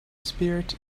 spirit